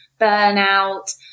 burnout